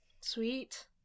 Sweet